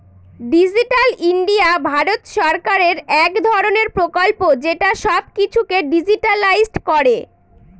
digital India Bharat সরকারের এক ধরনের প্রকল্প যেটা সব কিছুকে ডিজিট্যালাইসড করে